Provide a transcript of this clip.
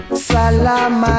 Salam